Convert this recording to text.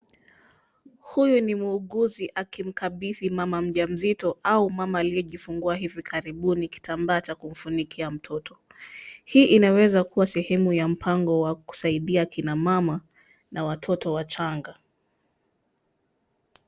Huyu ni muuguzi akimkabidhi mama mjamzito au mama aliyejifungua hivi karibuni kitambaa cha kumfunikia mtoto ,hii inaweza kuwa sehemu ya mpango wa kusaidia kina mama na watoto wachanga.